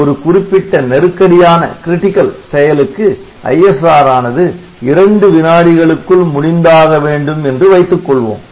ஒரு குறிப்பிட்ட நெருக்கடியான செயலுக்கு ISR ஆனது இரண்டு வினாடிகளுக்குள் முடிந்தாக வேண்டும் என்று வைத்துக்கொள்வோம்